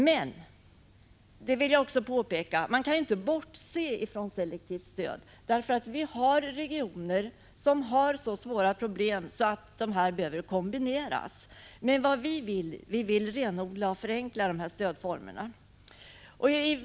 Men man kan inte bortse från selektivt stöd — vi har regioner som har så svåra problem att generella åtgärder och selektivt stöd behöver kombineras. Men vi vill renodla och förenkla de stödformerna.